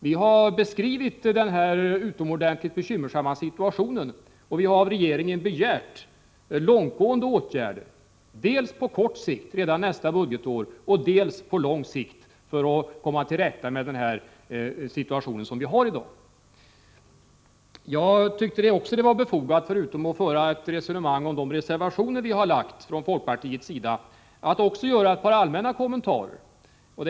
Vi har beskrivit den utomordentligt bekymmersamma situationen, och vi har hos regeringen begärt långtgående åtgärder dels på kort sikt — redan till nästa budgetår —, dels på lång sikt, för att man skall kunna komma till rätta med det läge som i dag råder. Jag tyckte också att det var befogat att förutom mitt resonemang omkring folkpartireservationerna också göra några allmänna kommentarer.